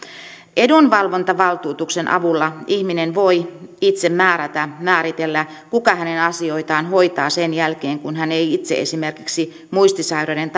edunvalvontavaltuutuksen avulla ihminen voi itse määrätä määritellä kuka hänen asioitaan hoitaa sen jälkeen kun hän ei itse esimerkiksi muistisairauden